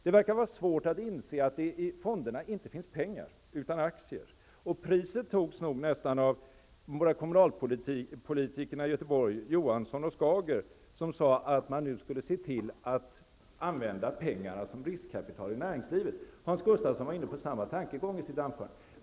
Det verkar vara svårt att inse att det inte finns pengar i fonderna utan aktier. Priset togs nog av de båda kommunalpolitikerna Johansson och Skager i Göteborg, som sade att man nu skulle se till att använda pengarna som riskkapital i näringslivet. Hans Gustafsson var inne på samma tankegång i sitt anförande.